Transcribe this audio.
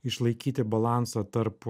išlaikyti balansą tarp